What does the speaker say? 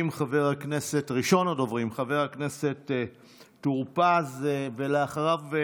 ראשון הדוברים, חבר הכנסת טור פז, אחריו,